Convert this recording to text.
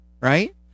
right